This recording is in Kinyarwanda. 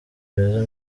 beza